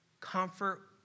Comfort